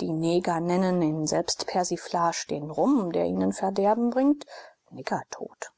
die neger nennen in selbstpersiflage den rum der ihnen verderben bringt niggertod